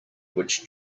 which